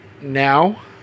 now